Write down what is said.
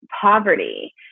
poverty